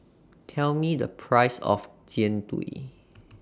Tell Me The Price of Jian Dui